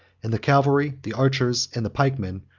and the cavalry, the archers, and the pikemen,